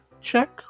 check